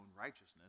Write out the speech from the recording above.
righteousness